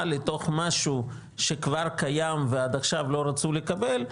לתוך משהו שכבר קיים ועד עכשיו לא רצו לקבל,